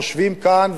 יושבים כאן,